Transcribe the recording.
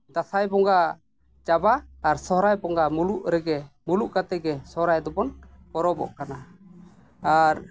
ᱫᱟᱸᱥᱟᱭ ᱵᱚᱸᱜᱟ ᱪᱟᱵᱟ ᱟᱨ ᱥᱚᱦᱨᱟᱭ ᱵᱚᱸᱜᱟ ᱢᱩᱞᱩᱜ ᱨᱮᱜᱮ ᱢᱩᱞᱩᱜ ᱠᱟᱛᱮᱫ ᱜᱮ ᱥᱚᱦᱨᱟᱭ ᱫᱚᱵᱚᱱ ᱯᱚᱨᱚᱵᱚᱜ ᱠᱟᱱᱟ